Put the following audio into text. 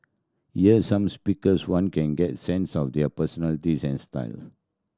year some speakers one can get sense of their personalities and styles